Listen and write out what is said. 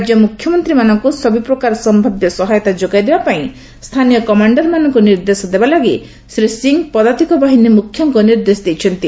ରାଜ୍ୟ ମୁଖ୍ୟମନ୍ତ୍ରୀମାନଙ୍କୁ ସବୁପ୍ରକାର ସମ୍ଭାବ୍ୟ ସହାୟତା ଯୋଗାଇଦେବା ପାଇଁ ସ୍ଥାନୀୟ କମାଣ୍ଡରମାନଙ୍କୁ ନିର୍ଦ୍ଦେଶ ଦେବାଲାଗି ଶ୍ରୀ ସିଂହ ପଦାତିକ ବାହିନୀ ମୁଖ୍ୟଙ୍କୁ ନିର୍ଦ୍ଦେଶ ଦେଇଛନ୍ତି